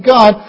God